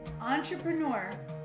entrepreneur